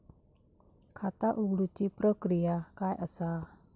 खाता उघडुची प्रक्रिया काय असा?